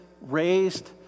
raised